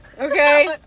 Okay